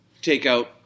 takeout